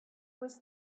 was